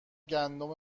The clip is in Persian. گندم